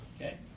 Okay